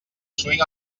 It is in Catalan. swing